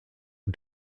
und